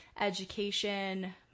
education